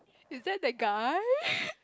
is that that guy